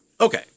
Okay